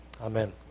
Amen